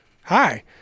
Hi